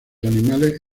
animales